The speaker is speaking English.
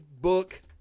book